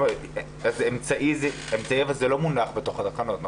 אמצעי זה לא מונח בתוך התקנות.